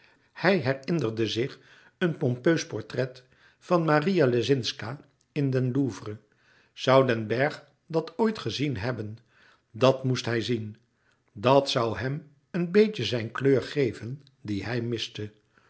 hij herinnerde zich een pompeus portret van maria lescinszca in den louvre zoû den bergh dat ooit gezien hebben dàt moest hij zien dat zoû hem een beetje zijn kleur geven die hij miste